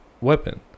weapon